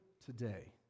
today